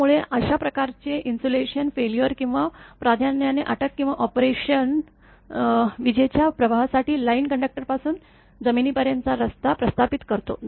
त्यामुळे अशा प्रकारचे इन्सुलेशन फेल्युअर किंवा प्राधान्याने अटक किंवा ऑपरेशन विजेच्या प्रवाहासाठी लाईन कंडक्टरपासून जमिनीपर्यंतचा रस्ता प्रस्थापित करतो